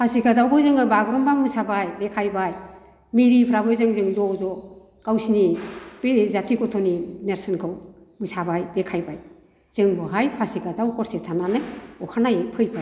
पासिघातआवबो जोङो बागुरुमबा मोसाबाय देखायबाय मिरिफ्राबो जोंजों ज' ज' गावसिनि बे जाथि गथ'नि नेरसोनखौ मोसाबाय देखायबाय जों बेवहाय पासिघातआव हरसे थानानै अखानायै फैबाय